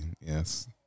yes